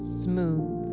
smooth